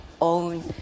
own